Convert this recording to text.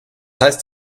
heißt